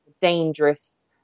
dangerous